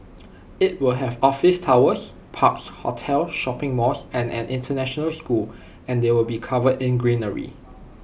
IT will have office towers parks hotels shopping malls and an International school and they will be covered in greenery